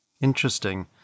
Interesting